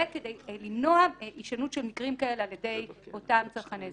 זה כדי למנוע הישנות של מקרים כאלה על ידי אותם צרכני זנות.